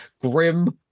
Grim